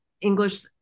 English